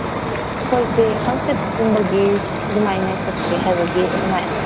ꯑꯩꯈꯣꯏꯁꯤ ꯍꯥꯡꯆꯤꯠꯀꯨꯝꯕꯒꯤ ꯑꯗꯨꯃꯥꯏꯅ ꯆꯠꯀꯦ ꯍꯥꯏꯕꯒꯤ ꯑꯗꯨꯃꯥꯏꯅ